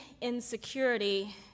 insecurity